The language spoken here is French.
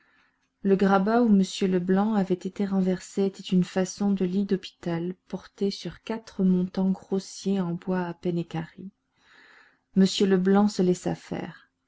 le grabat où m leblanc avait été renversé était une façon de lit d'hôpital porté sur quatre montants grossiers en bois à peine équarri m leblanc se laissa faire